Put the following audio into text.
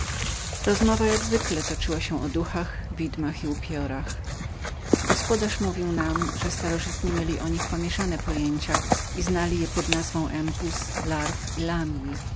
rozmowa jak zwykle toczyła się o duchach widmach i upiorach gospodarz mówił nam że starożytni mieli o nich pomięszane pojęcia i znali je pod nazwiskiem empuzów larw i